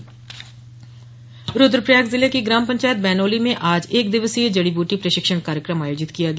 प्रशिक्षण रूद्रप्रयाग जिले की ग्राम पंचायत बैनोली में आज एक दिवसीय जड़ी बूटी प्रशिक्षण कार्यक्रम आयोजित किया गया